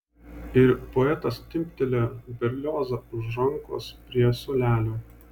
ir poetas timptelėjo berliozą už rankos prie suolelio